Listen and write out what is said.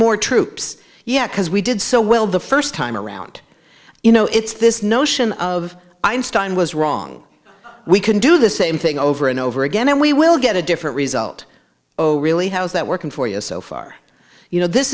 more troops yet because we did so well the first time around you know it's this notion of einstein was wrong we can do the same thing over and over again and we will get a different result oh really how's that working for you so far you know this